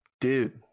Dude